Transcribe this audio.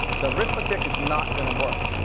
the arithmetic is not gonna work.